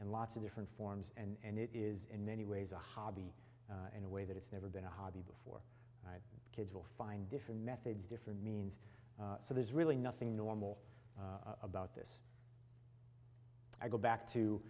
in lots of different forms and it is in many ways a hobby in a way that it's never been a hobby before kids will find different methods different means so there's really nothing normal about this i go back to